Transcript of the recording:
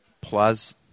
plus